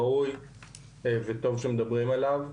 ראוי וטוב שמדברים עליו.